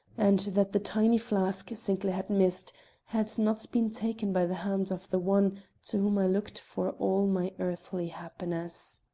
and that the tiny flask sinclair had missed had not been taken by the hand of the one to whom i looked for all my earthly happiness.